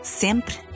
sempre